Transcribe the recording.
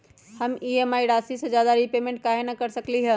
हम ई.एम.आई राशि से ज्यादा रीपेमेंट कहे न कर सकलि ह?